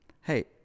hey